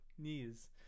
Knees